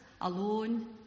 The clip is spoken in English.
alone